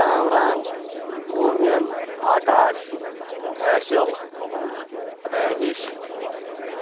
Kamran Momin Akash Faisal Danish